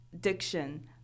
diction